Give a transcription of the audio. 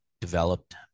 developed